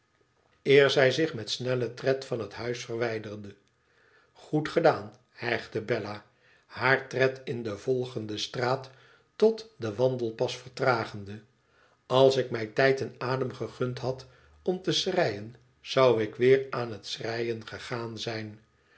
eer zij zich met snellen tred van het huis verwijderde goed gedaan hijgde bella haar tred in de volgende straat tot den wandelpas vertragende lals ik mij tijd en adem gegund had om te schreien zou ik weer aan het schreien gegaan zijn